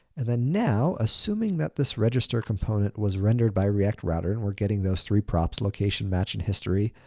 and then now, assuming that this register component was rendered by react router, and we're getting those three props, location, match, and history,